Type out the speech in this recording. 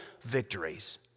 victories